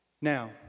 Now